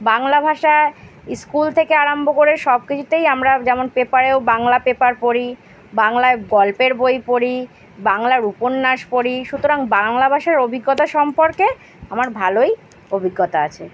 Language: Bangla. বাংলা ভাষা স্কুল থেকে আরম্ভ করে সব কিছুতেই আমরা যেমন পেপারেও বাংলা পেপার পড়ি বাংলায় গল্পের বই পড়ি বাংলার উপন্যাস পড়ি সুতরাং বাংলা ভাষার অভিজ্ঞতা সম্পর্কে আমার ভালোই অভিজ্ঞতা আছে